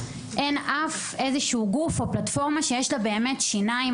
אין אף גוף או פלטפורמה שיש לה שיניים